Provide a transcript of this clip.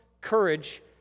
courage